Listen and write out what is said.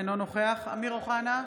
אינו נוכח אמיר אוחנה,